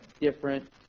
different –